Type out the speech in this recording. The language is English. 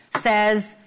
says